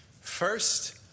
First